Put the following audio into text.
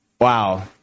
wow